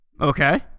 okay